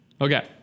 Okay